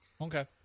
okay